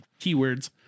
keywords